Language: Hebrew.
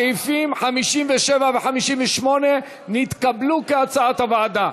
סעיפים 57 ו-58 נתקבלו, כהצעת הוועדה.